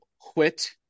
quit